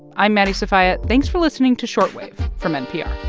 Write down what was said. i'm maddie sofia. thanks for listening to short wave from npr